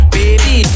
Baby